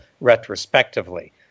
retrospectively